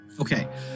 Okay